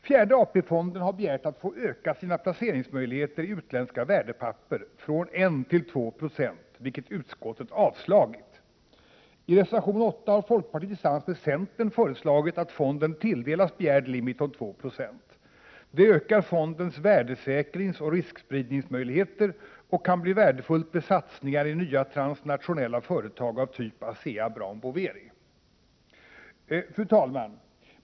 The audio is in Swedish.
Fjärde AP-fonden har begärt att få öka sina placeringsmöjligheter i utländska värdepapper från 1 till 2 96, vilket utskottet avstyrkt. I reservation 8 har folkpartiet — tillsammans med centern — föreslagit att fonden tilldelas begärd limit om 2 20. Det ökar fondens värdesäkringsoch riskspridningsmöjligheter och kan bli värdefullt vid satsningar i nya ”transnationella” företag av typ ASEA-Brown Boveri. Fru talman!